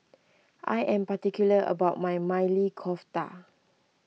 I am particular about my Maili Kofta